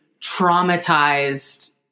traumatized